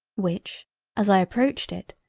which as i approached it,